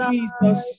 Jesus